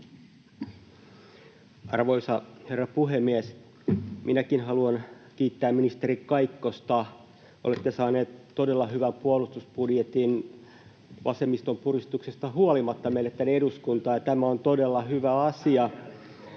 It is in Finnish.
Arvoisa herra puhemies! Minäkin haluan kiittää ministeri Kaikkosta. Olette saanut todella hyvän puolustusbudjetin, vasemmiston puristuksesta huolimatta, meille tänne eduskuntaan, ja tämä on todella hyvä asia.